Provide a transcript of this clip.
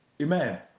Amen